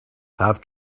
have